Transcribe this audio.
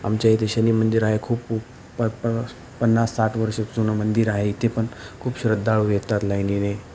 आमच्या इथे शनी मंदिर आहे खूप उप प पन्नास साठ वर्ष जुनं मंदिर आहे इथे पण खूप श्रद्धाळू येतात लायनीने